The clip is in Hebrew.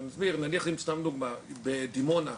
נניח בדימונה,